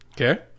Okay